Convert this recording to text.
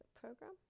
program